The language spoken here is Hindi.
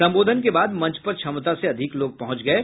संबोधन के बाद मंच पर क्षमता से अधिक लोग पहुंच गये